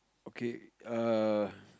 okay err